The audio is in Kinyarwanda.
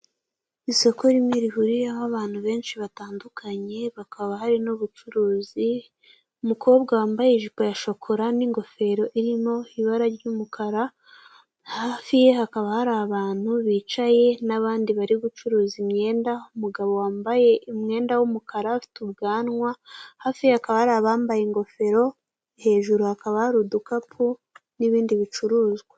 Mu isoko ry'imyenda, hari urujya n'uruza rw'abari gushaka imyenda bishimira ku buryo bayigura. Birasa nk'aho ari ku zuba ryinshi.